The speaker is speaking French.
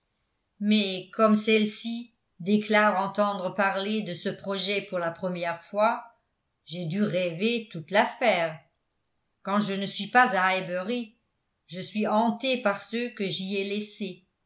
mais comme celle-ci déclare entendre parler de ce projet pour la première fois j'ai du rêver toute l'affaire quand je ne suis pas à highbury je suis hanté par ceux que j'y ai laissés